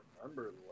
remember